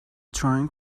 trying